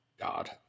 God